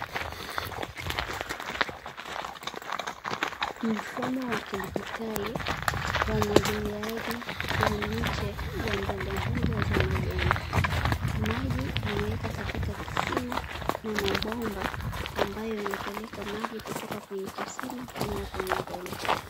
Mfumo wa kidijitali waumwagiliaji wa miche ya mbogamboga maji yameweka katika kisima na mabomba ambayo inapeleka maji kutoka kwenye kisima kwenda kwenye mboga.